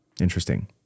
Interesting